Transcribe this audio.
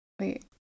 Wait